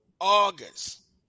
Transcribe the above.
August